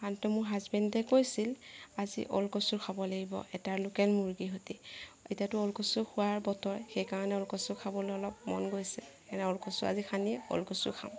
তো মোৰ হাজেবেণ্ডে কৈছিল আজি উলকচু খাব লাগিব এটা লোকেল মুৰ্গীৰ হেতি এতিয়াতো উলকচু খোৱাৰ বতৰ সেইকাৰণে উলকচু খাবলৈ অলপ মন গৈছে সেইকাৰণে উলকচু আজি খানি উলকচু খাম